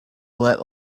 let